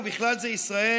ובכלל זה ישראל,